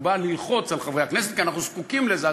שהוא בא ללחוץ על חברי הכנסת: כי אנחנו זקוקים לזה,